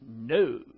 No